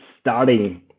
starting